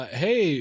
hey